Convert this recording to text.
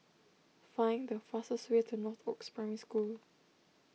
find the fastest way to Northoaks Primary School